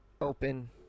open